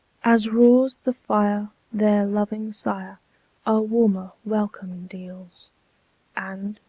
as roars the fire, their loving sire a warmer welcome deals and,